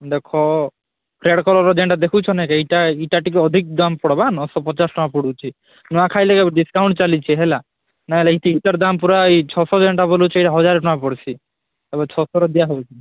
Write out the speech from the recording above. ଦେଖ କଲରର ଯେନ୍ତା ଦେଖୁଛନିକେ ଏଇଟା ଏଇଟା ଟିକେ ଅଧିକ ଦାମ୍ ପଡ଼ବା ନଅଶହ ପଚାଶ ଟଙ୍କା ପଡ଼ୁଛି ନୂଆଖାଇ ଲାଗି ଏବେ ଡିସକାଉଣ୍ଟ ଚାଲିଛି ହେଲା ନହେଲେ ଏଇ ଜିନିଷର ଦାମ୍ ପୁରା ଏଇ ଛଅଶହ ଯେନ୍ତା ବୋଲୁଛେ ହଜାର ଟଙ୍କା ପଡ଼ୁଛି ଏବେ ଛଅଶହରେ ଦିଆ ହେଉଛି